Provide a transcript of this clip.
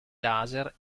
laser